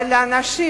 אבל לאנשים